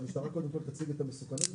שהמשטרה קודם כול תציג את המסוכנות,